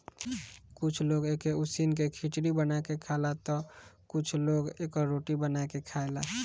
कुछ लोग एके उसिन के खिचड़ी बना के खाला तअ कुछ लोग एकर रोटी बना के खाएला